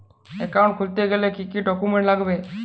Account খুলতে কি কি ডকুমেন্ট লাগবে?